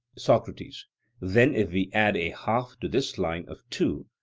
socrates then if we add a half to this line of two,